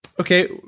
okay